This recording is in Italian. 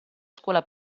scuola